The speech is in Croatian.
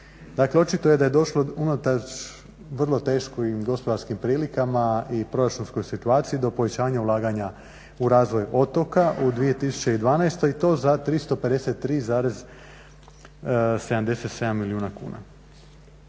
Dakle, očito je da je došlo unatoč vrlo teškim gospodarskim prilikama i proračunskoj situaciji do povećanja ulaganja u razvoj otoka u 2012. i to za 353,77 milijuna kuna.